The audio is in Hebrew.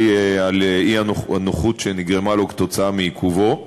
על האי-נוחות שנגרמה לו כתוצאה מעיכובו.